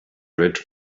rich